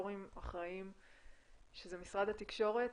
רגולטוריים אחראיים שזה משרד התקשורת,